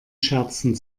scherzen